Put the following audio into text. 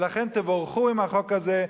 ולכן תבורכו עם החוק הזה,